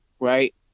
right